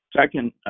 second